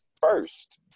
first